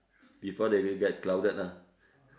before they they get crowded lah